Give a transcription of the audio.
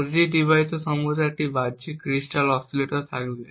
প্রতিটি ডিভাইসে সম্ভবত একটি বাহ্যিক ক্রিস্টাল অসিলেটর থাকবে